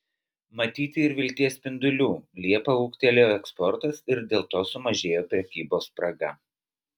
matyti ir vilties spindulių liepą ūgtelėjo eksportas ir dėl to sumažėjo prekybos spraga